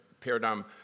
paradigm